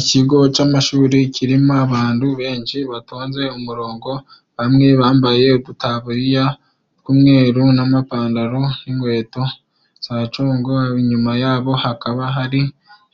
Ikigo c'amashuri kirimo abandu benshi batonze umurongo. Bamwe bambaye udutaburiya tw'umweru n'amapandaro n'inkweto za congo. Inyuma yabo hakaba hari